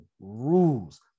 rules